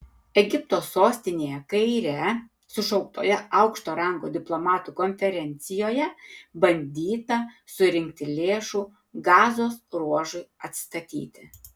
egipto sostinėje kaire sušauktoje aukšto rango diplomatų konferencijoje bandyta surinkti lėšų gazos ruožui atstatyti